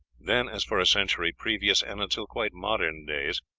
then, as for a century previous and until quite modern days,